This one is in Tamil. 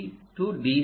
C D